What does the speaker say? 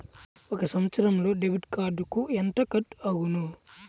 ఒక సంవత్సరంలో డెబిట్ కార్డుకు ఎంత కట్ అగును?